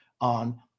on